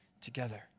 together